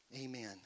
Amen